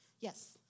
Yes